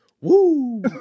woo